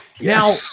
Now